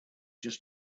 just